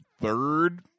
third